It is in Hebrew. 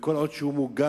וכל עוד הוא מוגן,